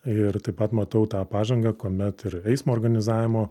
ir taip pat matau tą pažangą kuomet ir eismo organizavimo